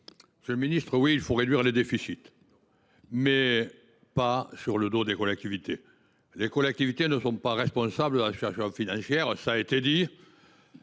monsieur le ministre, il faut réduire les déficits, mais pas sur le dos des collectivités. Je répète qu’elles ne sont pas responsables de la situation financière ! Les